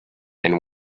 and